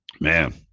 man